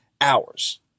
hours